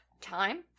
time